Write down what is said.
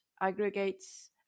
aggregates